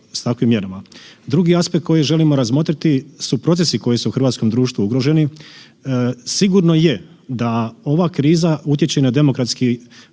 s takvim mjerama. Drugi aspekt koji želimo razmotriti su procesi koji su u hrvatskom društvu ugroženi. Sigurno je da ova kriza utječe i na demokratske